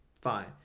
fine